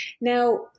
Now